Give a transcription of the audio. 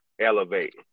elevate